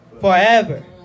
Forever